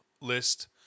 list